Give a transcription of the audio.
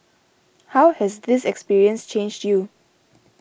how has this experience changed you